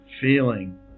feeling